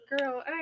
girl